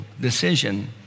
decision